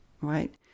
right